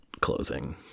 closing